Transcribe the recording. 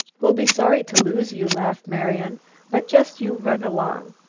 we'll be sorry to lose you, laughed marian but just you run along.